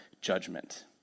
judgment